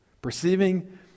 Perceiving